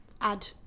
add